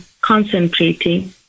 concentrating